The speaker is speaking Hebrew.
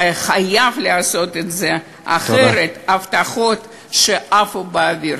אתה חייב לעשות את זה, אחרת, הבטחות שעפו באוויר.